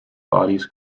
bodies